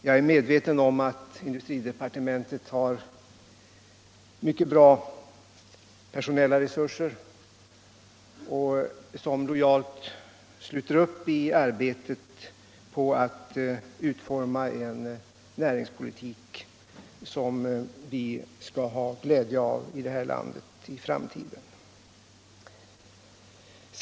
Jag är medveten om att industridepartementet har mycket bra personellia resurser och att man lojalt sluter upp i arbetet på att utforma en näringspolitik som vi i framtiden kommer att få glädje av i detta land.